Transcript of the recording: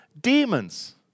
demons